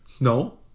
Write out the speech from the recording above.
No